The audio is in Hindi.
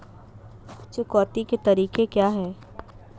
चुकौती के तरीके क्या हैं?